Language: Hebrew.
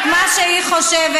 את שומעת את מה שאת אומרת?